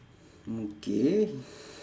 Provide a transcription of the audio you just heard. mm K